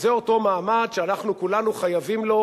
וזה אותו מעמד שאנחנו כולנו חייבים לו